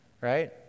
right